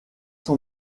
son